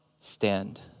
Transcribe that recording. stand